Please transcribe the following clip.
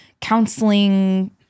counseling